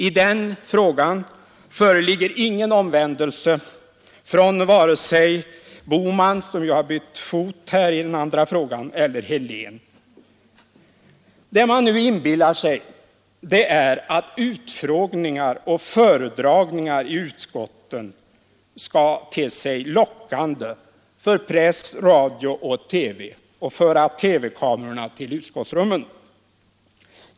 I den frågan föreligger ingen omvändelse från vare sig herr Bohman — som ju har bytt fot i den andra frågan eller herr Helén. Det man nu inbillar sig är att utfrågningar och föredragningar i utskotten skall te sig lockande för press, radio och television och föra TV-kamerorna till utskottsrummen.